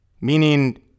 meaning